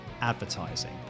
advertising